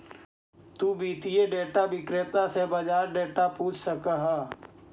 तु वित्तीय डेटा विक्रेता से बाजार डेटा पूछ सकऽ हऽ